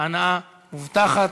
ההנאה מובטחת.